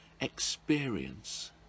experience